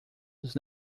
dos